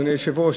אדוני היושב-ראש,